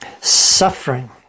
suffering